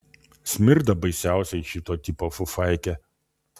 smirda baisiausiai šito tipo fufaikė